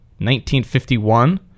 1951